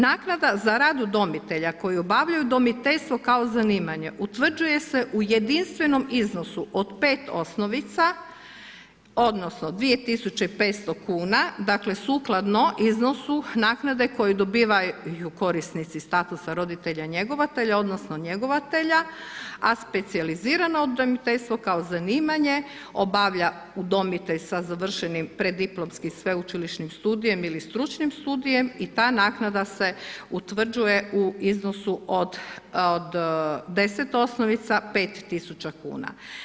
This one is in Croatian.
Naknada za rad udomitelja, koji obavljaju udomiteljstvo kao zanimanje, utvrđuje se u jedinstvenom iznosu od 5 osnovica, odnosno, 2500 kn, dakle, sukladno iznosu naknade koju dobivaju korisnici statusa roditelja njegovatelja, odnosno, njegovatelja, a specijalizirano udomiteljstvo kao zanimanje obavlja udomitelj sa završenim preddiplomskim sveučilišnim studijem ili stručnim studijem i ta naknada se utvrđuje u iznosu od 10 osnovica 5 tisuća kuna.